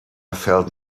felt